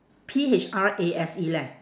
P H R A S E leh